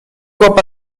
cop